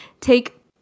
take